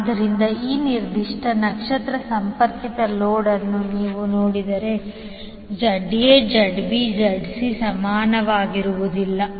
ಆದ್ದರಿಂದ ಈ ನಿರ್ದಿಷ್ಟ ನಕ್ಷತ್ರ ಸಂಪರ್ಕಿತ ಲೋಡ್ ಅನ್ನು ನೀವು ನೋಡಿದರೆ ZA ZB ZC ಸಮಾನವಾಗಿರುವುದಿಲ್ಲ